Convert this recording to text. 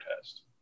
test